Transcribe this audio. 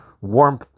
warm